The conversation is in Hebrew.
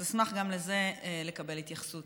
אז אשמח גם לזה לקבל התייחסות.